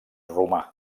romà